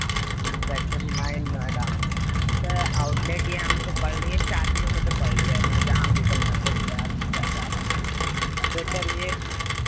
sector nine Noida sir outlet یہ ہم سے پڑ رہی ہے چار کلو میٹر پڑ رہی ہے میں جہاں گوگل میپ پہ سرچ کر پا رہا ہوں تو سر یہ